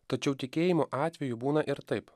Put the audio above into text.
tačiau tikėjimo atveju būna ir taip